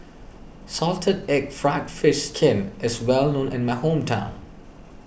Salted Egg Fried Fish Skin is well known in my hometown